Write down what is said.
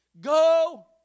Go